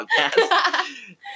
podcast